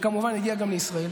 שכמובן הגיע גם לישראל,